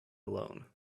alone